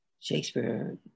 Shakespeare